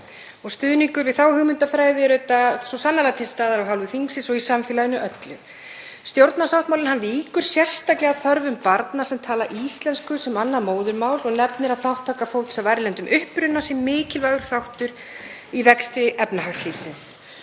Stuðningur við þá hugmyndafræði er svo sannarlega til staðar af hálfu þingsins og í samfélaginu öllu. Stjórnarsáttmálinn víkur sérstaklega að þörfum barna sem tala íslensku sem annað móðurmál og nefnir að þátttaka fólks af erlendum uppruna sé mikilvægur þáttur í vexti efnahagslífsins.